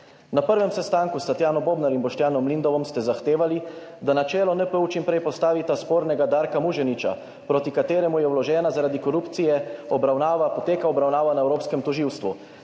Na prvem sestanku s Tatjano Bobnar in Boštjanom Lindavom ste zahtevali, da na čelo NPU čimprej postavita spornega Darka Muženiča, proti kateremu je zaradi korupcije poteka obravnava na evropskem tožilstvu,